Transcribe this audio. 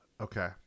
Okay